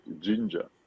ginger